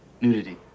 Nudity